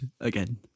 again